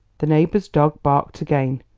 the neighbour's dog barked again,